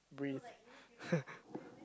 breathe